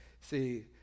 See